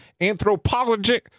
anthropologic